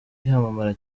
yamamara